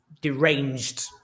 deranged